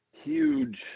huge